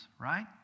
right